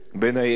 בין היתר.